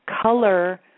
Color